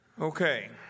okay